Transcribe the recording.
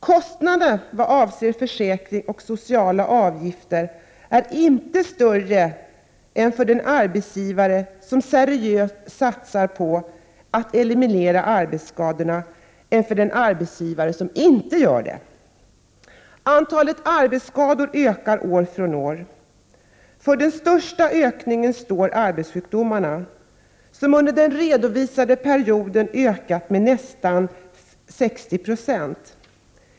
Kostnaderna vad avser försäkringar och sociala avgifter är inte större för den arbetsgivare som seriöst satsar på att eliminera arbetsskadorna, än för den arbetsgivare som inte gör det. Antalet arbetsskador ökar år efter år. Arbetssjukdomarna står för den största ökningen, som under den redovisade perioden var nästan 60 20.